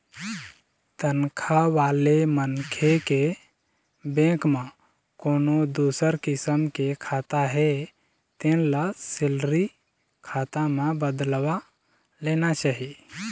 तनखा वाले मनखे के बेंक म कोनो दूसर किसम के खाता हे तेन ल सेलरी खाता म बदलवा लेना चाही